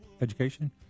education